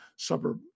suburb